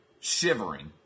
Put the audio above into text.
shivering